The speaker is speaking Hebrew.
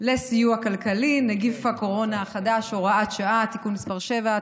לסיוע כלכלי (נגיף הקורונה החדש) (הוראת שעה) (תיקון מס' 7),